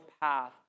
path